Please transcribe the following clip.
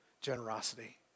generosity